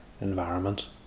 environment